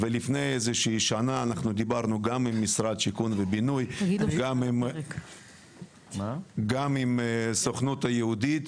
לפני כשנה דיברנו גם עם משדר הבינוי והשיכון וגם עם הסוכנות היהודית.